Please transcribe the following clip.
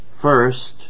First